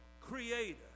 creator